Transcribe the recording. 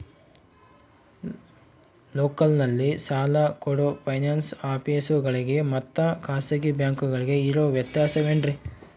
ಲೋಕಲ್ನಲ್ಲಿ ಸಾಲ ಕೊಡೋ ಫೈನಾನ್ಸ್ ಆಫೇಸುಗಳಿಗೆ ಮತ್ತಾ ಖಾಸಗಿ ಬ್ಯಾಂಕುಗಳಿಗೆ ಇರೋ ವ್ಯತ್ಯಾಸವೇನ್ರಿ?